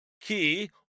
Key